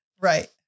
Right